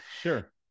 Sure